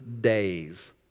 days